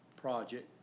project